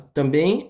também